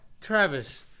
Travis